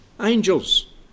angels